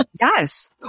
Yes